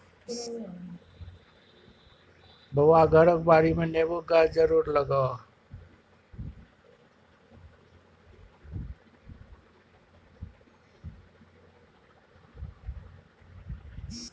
बौआ घरक बाडीमे नेबोक गाछ जरुर लगाउ